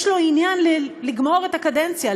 יש לו עניין לגמור את הקדנציה,